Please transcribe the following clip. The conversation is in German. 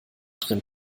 drin